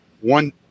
one